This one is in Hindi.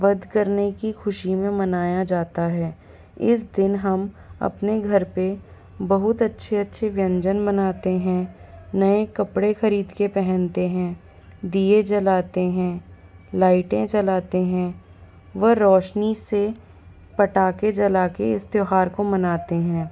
वध करने की खुशी में मनाया जाता है इस दिन हम अपने घर पर बहुत अच्छे अच्छे व्यंजन बनाते हैं नये कपड़े खरीद के पहनते हैं दीये जलाते हैं लाइटें जलाते हैं वह रौशनी से पटाके जला कर इस त्योहार को मनाते हैं